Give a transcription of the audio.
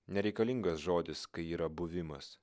nereikalingas žodis kai yra buvimas